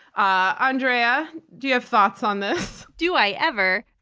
ah andrea, do you have thoughts on this? do i ever.